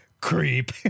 creep